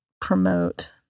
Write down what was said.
promote